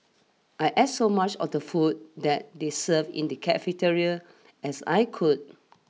I ate so much of the food that they served in the cafeteria as I could